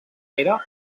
pere